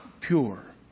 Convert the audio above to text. pure